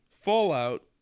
Fallout